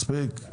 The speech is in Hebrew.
מספיק,